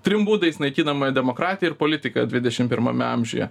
trim būdais naikinama demokratija ir politika dvidešim pirmame amžiuje